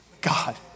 God